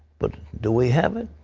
but do we have it?